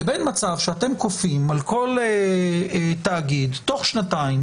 לבין מצב שאתם כופים על כל תאגיד תוך שנתיים